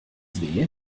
weh